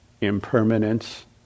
impermanence